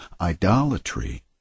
idolatry